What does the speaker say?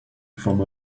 from